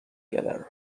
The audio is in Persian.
گلر